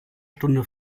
stunde